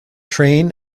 train